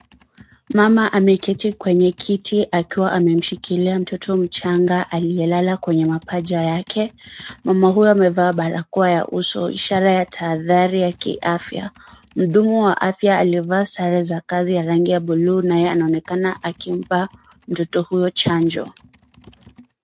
Mama ameketi kwenye kiti akiwa amemshikilia mtoto mchanga aliyelala kwenye mapaja yake. Mama huyo amevaa barakoa ya uso, ishara ya tahadhari ya kiafya. Mhudumu wa afya aliyevaa sare za kazi ya rangi ya buluu naye anaonekana akimpa mtoto huyo chanjo.